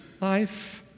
life